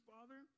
Father